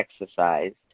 exercised